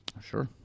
Sure